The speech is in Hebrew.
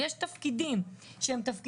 יש תפקידים קבועים,